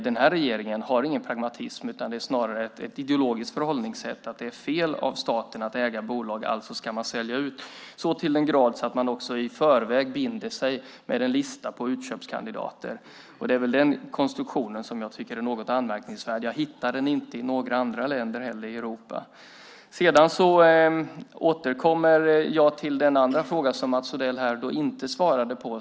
Den här regeringen har ingen pragmatism utan det är snarare ett ideologiskt förhållningssätt, nämligen att det är fel av staten att äga bolag, alltså ska man sälja ut så till den grad att man i förväg binder sig med en lista på utköpskandidater. Det är den konstruktionen som jag tycker är något anmärkningsvärd. Jag hittar den inte i några andra länder i Europa. Jag återkommer till den andra frågan som Mats Odell inte svarade på.